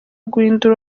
guhindura